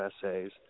essays